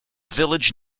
village